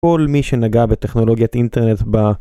כל מי שנגע בטכנולוגיית אינטרנט ב...